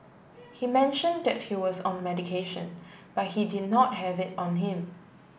he mentioned he was on medication but he did not have it on him